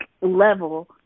level